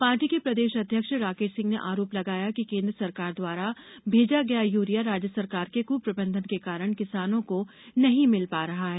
party के प्रदेश अध्यक्ष राकेश सिंह ने आरोप लगाया है कि केंद्र सरकार द्वारा भेजा गया यूरिया राज्य सरकार के क्रप्रबंधन के कारण किसानों को नहीं मिल पा रहा है